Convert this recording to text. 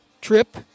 trip